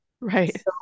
right